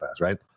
right